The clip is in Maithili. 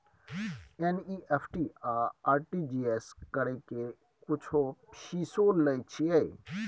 एन.ई.एफ.टी आ आर.टी.जी एस करै के कुछो फीसो लय छियै?